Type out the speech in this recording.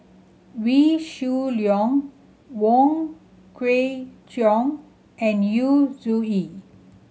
Wee Shoo Leong Wong Kwei Cheong and Yu Zhuye